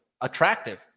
attractive